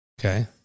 Okay